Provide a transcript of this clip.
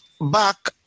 back